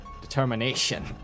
Determination